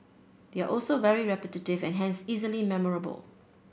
they are also very repetitive and hence easily memorable